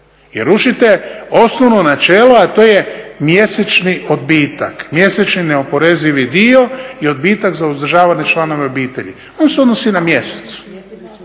jer rušite osnovno načelo, a to je mjesečni odbitak, mjesečni neoporezivi dio i odbitak za uzdržavane članove obitelji. On se odnosi na mjesec,